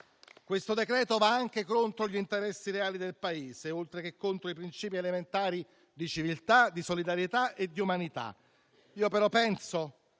il provvedimento va anche contro gli interessi reali del Paese, oltre che contro i principi elementari di civiltà, solidarietà e umanità. Penso,